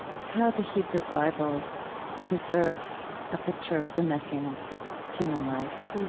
how the hebrew bible preserves a picture of the messiness of human life.